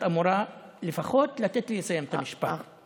את אמורה לפחות לתת לי לסיים את המשפט.